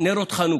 נרות חנוכה,